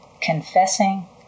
confessing